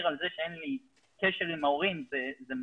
על כך שאין לי קשר עם ההורים זה מסובך.